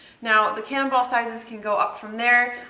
now the cannonball sizes can go up from there.